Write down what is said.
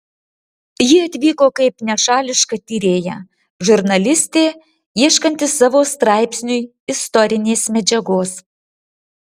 ji atvyko kaip nešališka tyrėja žurnalistė ieškanti savo straipsniui istorinės medžiagos